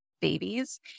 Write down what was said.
babies